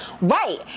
right